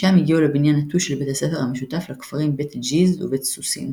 משם הגיעו לבניין נטוש של בית הספר המשותף לכפרים בית ג'יז ובית סוסין.